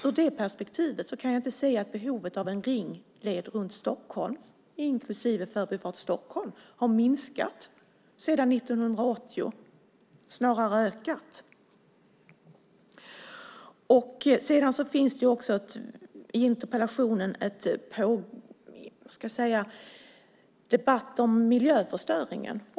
Ur det perspektivet kan jag inte se att behovet av en ringled runt Stockholm, inklusive Förbifart Stockholm, minskat sedan 1980. Snarare har behovet ökat. I interpellationen förs också en debatt om miljöförstöringen.